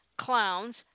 Clowns